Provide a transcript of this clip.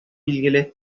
билгеле